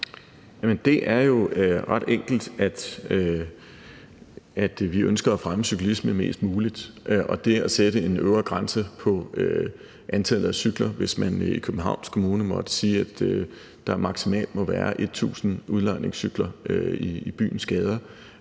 det er jo ret enkelt, at vi ønsker at fremme cyklisme mest muligt. Ved at sætte en øvre grænse for antallet af cykler, hvor man f.eks. i Københavns Kommune måtte sige, at der maksimalt må være 1.000 udlejningscykler i byens gader,